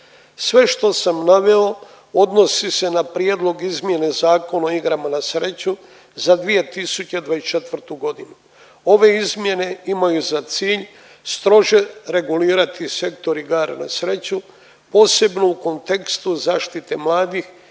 Sve što sam naveo odnosi se na prijedlog izmjene Zakona o igrama na sreću za 2024. godinu. Ove izmjene imaju za cilj strože regulirati sektor igara na sreću posebno u kontekstu zaštite mladih